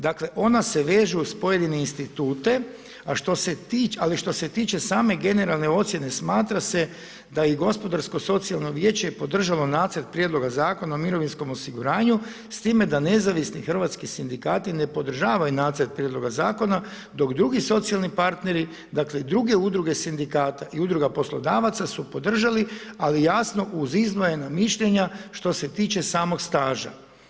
Dakle, ona se vežu uz pojedine institute, ali što se tiče same generalne ocjene smatra se da je i Gospodarsko-socijalno vijeće podržalo Nacrt prijedloga zakona o mirovinskom osiguranju s time da Nezavisni hrvatski sindikati ne podržavaju Nacrt prijedloga zakona dok drugi socijalni partneri dakle i druge udruge sindikata i Udruga poslodavaca su podržali, ali jasno uz izdvojena mišljenja što se tiče samog staža.